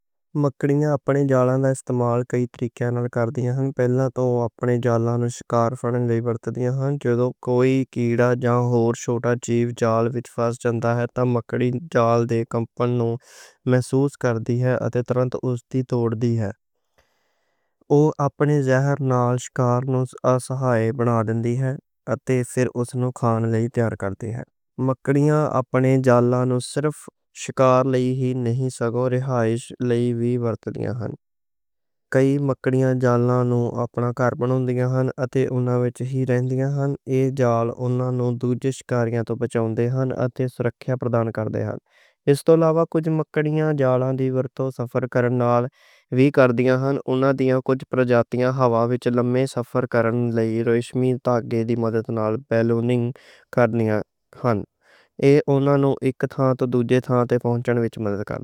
مکڑیاں اپنے جالاں دا استعمال کئی طریقے نال کر دیاں نیں۔ تاں جو کوئی کیڑا یا ہور چھوٹا جیو جال وچ فس جاندا اے، تے مکڑی جال دے کمپن نوں محسوس کر دی اے تے تورنت اوہدے تے پہنچ دی اے۔ اوہ اپنے زہر نال شکار نوں بے حرکت بنا دی اے، اتے پھر اس نوں کھان لئی تیار کر دی اے۔ مکڑیاں اپنے جال نوں صرف شکار لئی ہی نہیں، سگو رہائش لئی وی ورت دیاں نیں۔ کئی مکڑیاں جال نوں اپنا کار بنا لیاں نیں اتے اوہناں وچ ہی رہندیاں نیں؛ ایہ جال اوہناں نوں دشمناں توں بچاندا اے اتے سرکھیّا پردان کر دا اے۔ اس توں علاوہ کچھ مکڑیاں جالن دیاں ریشمی تانگیاں توں سفر کرن وی کردیاں نیں۔ اوہناں دیاں کچھ پرجاتیاں ہوا وچ سفر کرن لئی ریشمی تانگیاں دی مدد نال بالوننگ کر دیاں نیں۔ ایہ اوہناں نوں اک تھاں توں دوجے تھاں تے پہنچن وچ مدد کر دا اے۔